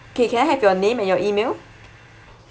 okay can I have your name and your email